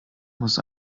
muss